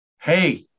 hey